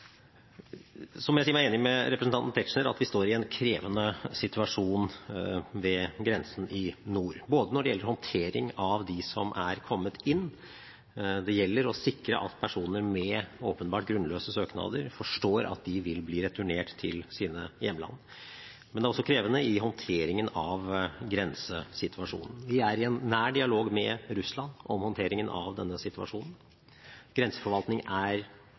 jeg si meg enig med representanten Tetzschner i at vi står i en krevende situasjon ved grensen i nord når det gjelder håndteringen av dem som er kommet inn. Det gjelder å sikre at personer med åpenbart grunnløse søknader forstår at de vil bli returnert til sine hjemland. Men det er også krevende i håndteringen av grensesituasjonen. Vi er i en nær dialog med Russland om håndteringen av denne situasjonen. Grenseforvaltning er